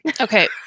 okay